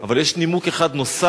אבל יש נימוק אחד נוסף,